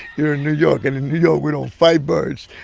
you're in new york. and in new york, we don't fight birds.